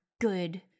good